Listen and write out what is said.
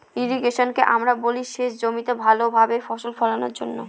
ইর্রিগেশনকে আমরা বলি সেচ জমিতে ভালো ভাবে ফসল ফোলানোর জন্য